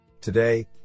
today